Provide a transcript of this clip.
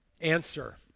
Answer